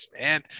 man